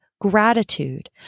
gratitude